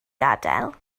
gadael